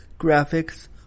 graphics